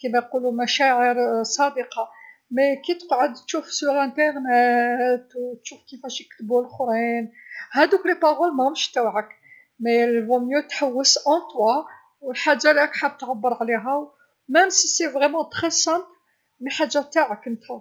كيما يقولو مشاعر صادقه، لكن مين تقعد تشوف في الأنترنت و تشوف كيفاش كتبو لوخرين، هاذوك الكلمات ماراهمش نتاوعك، لكن من الأفضل تحوس في نفسك و الحاجه لراك حاب تعبر عليها حتى و لا كانت بزاف بسيطه لكن حاجه نتاعك أنت.